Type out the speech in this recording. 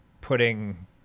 putting